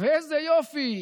ואיזה יופי,